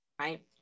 right